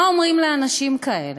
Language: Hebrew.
מה אומרים לאנשים כאלה?